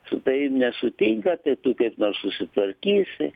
su tavim nesutinka tai tu kaip nors susitvarkysi